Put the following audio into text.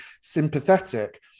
sympathetic